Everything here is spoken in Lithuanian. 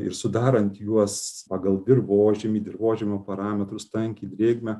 ir sudarant juos pagal dirvožemį dirvožemio parametrus tankį drėgmę